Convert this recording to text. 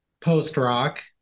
post-rock